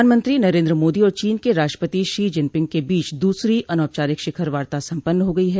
प्रधानमंत्री नरेन्द्र मोदी और चीन के राष्ट्रपति शी जिनपिंग के बीच दूसरी अनौपचारिक शिखर वार्ता सम्पन्न हो गई है